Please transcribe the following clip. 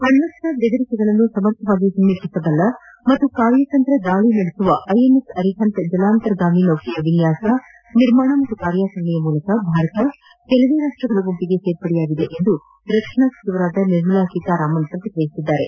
ಅಣ್ಣಸ್ತ್ರ ಬೆದರಿಕೆಗಳನ್ನು ಸಮರ್ಥವಾಗಿ ಹಿಮ್ಟಿಸಬಲ್ಲ ಹಾಗೂ ಕಾರ್ಯತಂತ್ರ ದಾಳಿ ನಡೆಸುವ ಐಎನ್ಎಸ್ ಅರಿಹಂತ್ ಜಲಂತರ್ಗಾಮಿ ನೌಕೆಯ ವಿನ್ಯಾಸ ನಿರ್ಮಾಣ ಮತ್ತು ಕಾರ್ಯಾಚರಣೆ ಮೂಲಕ ಭಾರತ ಕೆಲವೇ ರಾಷ್ಟಗಳ ಗುಂಪಿನಲ್ಲಿ ಸೇರ್ಪಡೆಯಾಗಿದೆ ಎಂದು ರಕ್ಷಣಾ ಸಚಿವರಾದ ನಿರ್ಮಲಾ ಸೀತಾರಾಮನ್ ಪ್ರತಿಕ್ರಿಯಿಸಿದ್ದಾರೆ